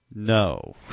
No